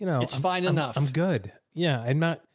know, it's fine enough. i'm good. yeah. i'm not,